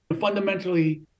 fundamentally